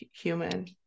human